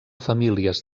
famílies